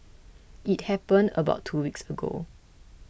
it happened about two weeks ago